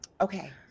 Okay